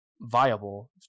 viable